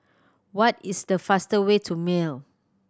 what is the fastest way to Male